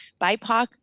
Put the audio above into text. BIPOC